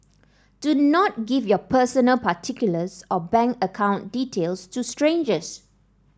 do not give your personal particulars or bank account details to strangers